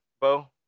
Bo